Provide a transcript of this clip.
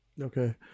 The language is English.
Okay